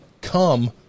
come